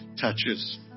touches